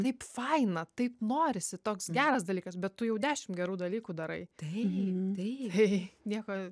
taip faina taip norisi toks geras dalykas bet tu jau dešim gerų dalykų darai taip taip nieko